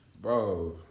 bro